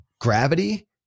gravity